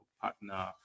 partner